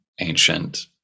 ancient